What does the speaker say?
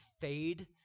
fade